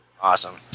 Awesome